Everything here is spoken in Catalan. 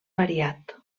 variat